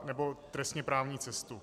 Nebo trestněprávní cestu.